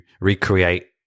recreate